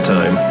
Time